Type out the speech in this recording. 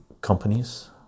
companies